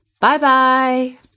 bye-bye